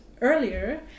earlier